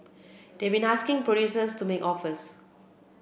they've been asking producers to make offers